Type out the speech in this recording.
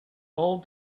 all